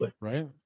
Right